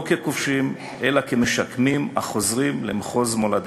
לא ככובשים אלא כמשקמים החוזרים למחוז מולדתם.